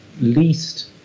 least